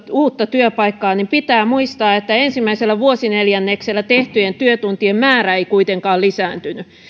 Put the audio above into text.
uutta työpaikkaa niin pitää muistaa että ensimmäisellä vuosineljänneksellä tehtyjen työtuntien määrä ei kuitenkaan lisääntynyt